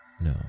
No